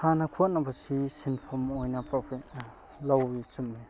ꯁꯥꯟꯅ ꯈꯣꯠꯅꯕꯁꯤ ꯁꯤꯟꯐꯝ ꯑꯣꯏꯅ ꯂꯧꯏ ꯆꯨꯝꯏ